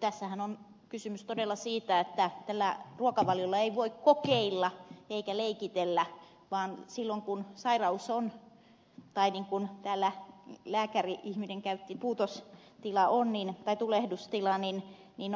tässähän on kysymys todella siitä että tällä ruokavaliolla ei voi kokeilla eikä leikitellä vaan silloin kun sairaus on tai niin kuin täällä lääkäri ihminen käytti ilmaisua puutostila tai tulehdustila